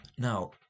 Now